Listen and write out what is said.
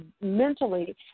mentally